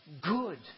good